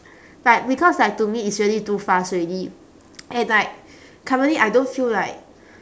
like because like to me it's really too fast already and like currently I don't feel like